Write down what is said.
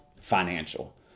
financial